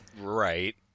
Right